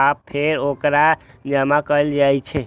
आ फेर ओकरा जमा कैल जाइ छै